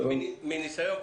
מניסיון,